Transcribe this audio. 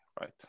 right